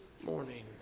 morning